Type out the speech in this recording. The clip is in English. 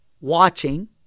watching